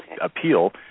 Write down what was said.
appeal